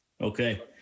Okay